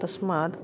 तस्मात्